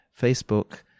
Facebook